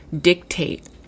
dictate